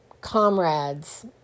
comrades